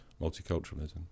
multiculturalism